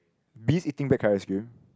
bees eating black current ice cream